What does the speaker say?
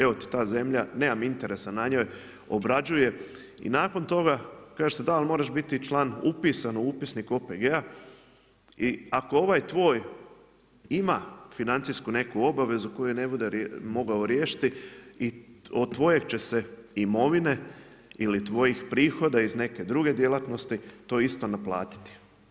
Evo ti ta zemlja, nemam interesa na njoj, obrađuje i nakon toga, kažete, da ali moraš biti član upisan u upisnik OPG-a i ako ovaj tvoj ima financijsku neku obavezu koju ne bude mogao riješiti od tvoje će se imovine ili tvojih prihoda iz neke druge djelatnosti, to isto naplatiti.